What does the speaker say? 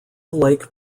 lake